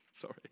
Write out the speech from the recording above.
Sorry